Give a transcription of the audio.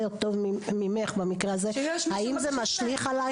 טוב ממך במקרה הזה האם זה משליך עלייך?